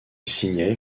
signait